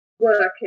working